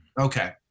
Okay